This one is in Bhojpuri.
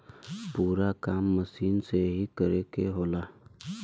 पूरा काम मसीन से ही करे के होला